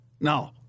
No